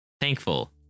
thankful